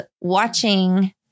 watching